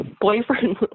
boyfriend